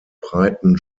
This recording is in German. breiten